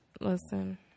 Listen